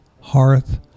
hearth